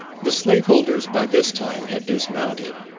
the slaveholders by this time had dismounted,